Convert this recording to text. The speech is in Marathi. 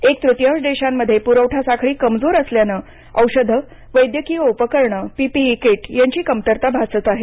एक तृतीयांश देशांमध्ये पुरवठा साखळी कमजोर असल्यानं औषधं वैद्यकीय उपकरणंपीपीई कीट यांची कमतरता भासत आहे